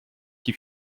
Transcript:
qui